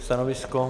Stanovisko?